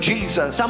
Jesus